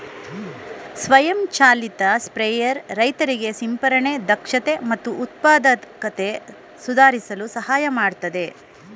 ಸ್ವಯಂ ಚಾಲಿತ ಸ್ಪ್ರೇಯರ್ ರೈತರಿಗೆ ಸಿಂಪರಣೆ ದಕ್ಷತೆ ಮತ್ತು ಉತ್ಪಾದಕತೆ ಸುಧಾರಿಸಲು ಸಹಾಯ ಮಾಡ್ತದೆ